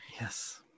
Yes